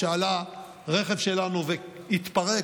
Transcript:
כשעלה רכב שלנו והתפרק,